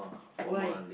why